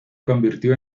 convirtió